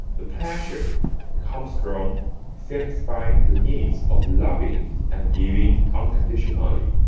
the pleasure comes from satisfying the needs of loving and giving unconditionally.